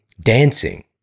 dancing